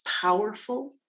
powerful